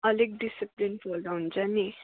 अलिक discipline full त हुन्छ नि